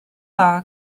dda